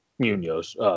Munoz